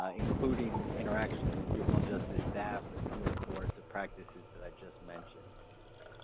ah including interactions with juvenile justice staff or some of the coercive practices that i just mentioned